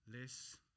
less